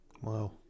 Wow